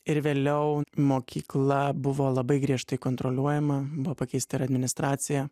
ir vėliau mokykla buvo labai griežtai kontroliuojama buvo pakeista ir administracija